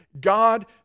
god